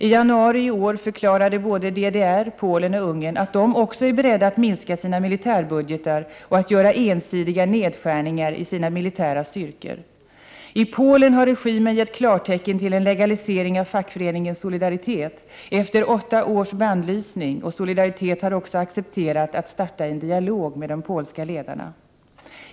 I januari i år förklarade DDR, Polen och Ungern att också de är beredda att minska sina militärbudgetar och att göra ensidiga nedskärningar i sina militära styrkor. I Polen har regimen gett klartecken till en legalisering av fackföreningen Solidaritet, efter åtta års bannlysning. Solidaritet har också accepterat att starta en dialog med de polska ledarna.